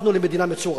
הפכנו למדינה מצורעת.